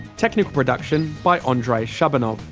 technical production by andrei shabunov,